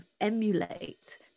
emulate